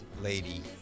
lady